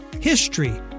HISTORY